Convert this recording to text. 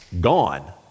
gone